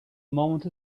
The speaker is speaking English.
moment